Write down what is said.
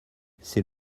c’est